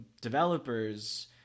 developers